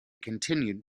continued